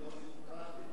אבל הם לא דמוקרטים,